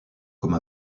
comme